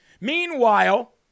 Meanwhile